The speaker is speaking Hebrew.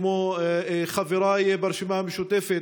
כמו חבריי ברשימה המשותפת.